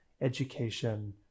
education